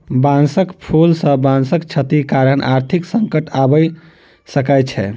बांसक फूल सॅ बांसक क्षति कारण आर्थिक संकट आइब सकै छै